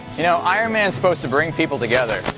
you know iron man's supposed to bring people together.